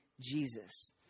Jesus